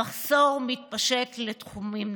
המחסור מתפשט לתחומים נוספים.